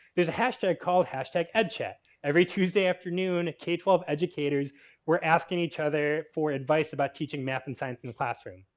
there's a hashtag called edchat. every tuesday afternoon k twelve educators were asking each other for advice about teaching math and science in the classroom.